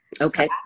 Okay